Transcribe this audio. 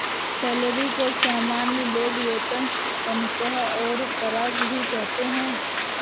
salary को सामान्य लोग वेतन तनख्वाह और पगार भी कहते है